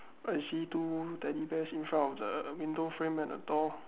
I see two teddy bears in front of the window frame at the door